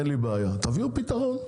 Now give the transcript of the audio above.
אין לי בעיה, תביאו פתרון.